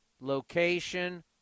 location